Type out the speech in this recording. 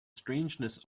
strangeness